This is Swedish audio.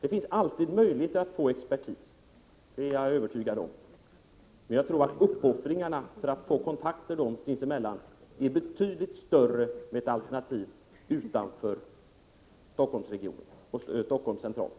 Det finns alltid möjligheter att få expertis — det är jag övertygad om — men jag tror att uppoffringarna för att få kontakt sinsemellan är betydligt större med ett alternativ utanför Stockholm centralt.